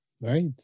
Right